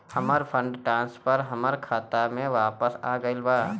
हमर fund transfer हमर खाता में वापस आ गईल बा